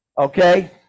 Okay